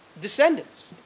descendants